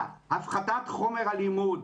הפחתת חומר הלימוד,